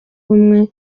bumwe